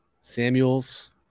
Samuels